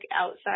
outside